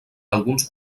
alguns